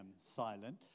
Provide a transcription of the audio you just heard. silent